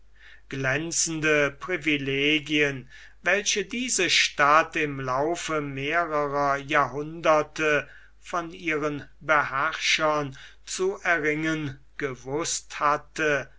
glänzende privilegien welche diese stadt im laufe mehrerer jahrhunderte von ihren beherrschern zu erringen gewußt hatte